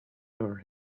over